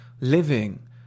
living